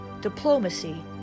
diplomacy